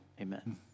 Amen